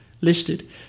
Listed